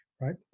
right